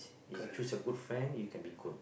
choose a good friend you can be good